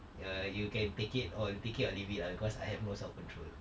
err you can take it or take it or leave it lah because I have no self-control